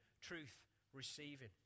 truth-receiving